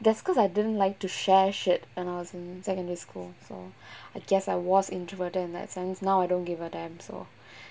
that's cause I didn't like to share shit and I was in secondary school so I guess I was introverted in that sense now I don't give a damn so